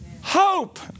Hope